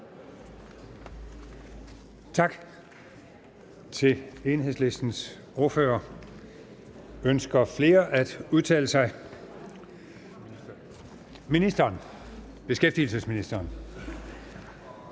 Tak til Enhedslistens ordfører. Ønsker flere at udtale sig? Beskæftigelsesministeren.